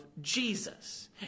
Jesus